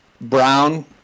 Brown